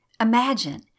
Imagine